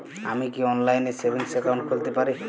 আমি কি অনলাইন এ সেভিংস অ্যাকাউন্ট খুলতে পারি?